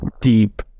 deep